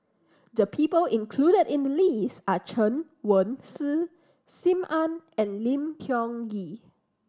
the people included in the list are Chen Wen Hsi Sim Ann and Lim Tiong Ghee